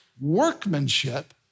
workmanship